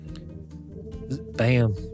Bam